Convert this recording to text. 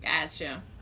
Gotcha